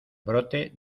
brote